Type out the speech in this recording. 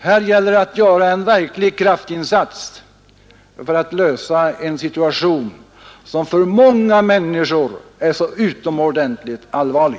Här gäller det att göra en verklig kraftinsats för att klara en situation som för många människor är så utomordentligt allvarlig.